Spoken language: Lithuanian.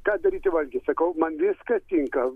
ką daryti valgyt sakau man viskas tinka